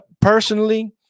personally